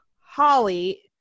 Holly